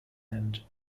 end